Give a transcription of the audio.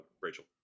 Rachel